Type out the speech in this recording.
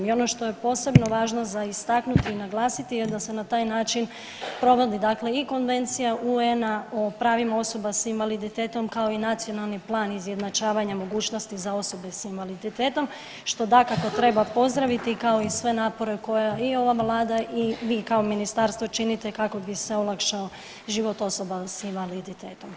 I ono što je posebno važno za istaknuti i naglasiti je da se na taj način provodi dakle i Konvencije UN-a o pravima osoba s invaliditetom kao i Nacionalni plan izjednačavanja mogućnosti za osobe s invaliditetom što dakako treba pozdraviti, kao i sve napore koje i ova vlada i vi kao ministarstvo činite kako bi se olakšao život osoba s invaliditetom.